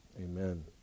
Amen